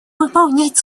выполнять